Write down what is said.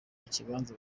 ibibanza